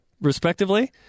respectively